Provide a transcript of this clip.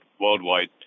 worldwide